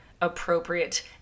appropriate